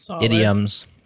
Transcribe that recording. idioms